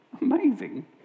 Amazing